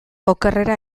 okerrera